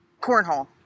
Cornhole